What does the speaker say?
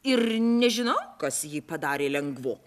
ir nežinau kas jį padarė lengvu